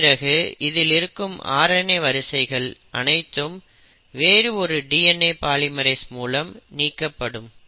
இதன் பிறகு இதில் இருக்கும் RNA வரிசைகள் அனைத்தும் வேறு ஒரு DNA பாலிமெரேஸ் மூலம் நீக்கப்படும்